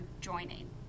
joining